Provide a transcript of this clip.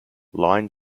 line